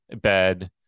bed